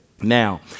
Now